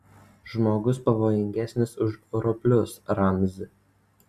žmogus pavojingesnis už roplius ramzi